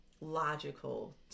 logical